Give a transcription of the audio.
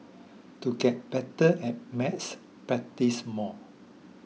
to get better at maths practise more